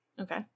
Okay